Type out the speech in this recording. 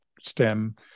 stem